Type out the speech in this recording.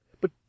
but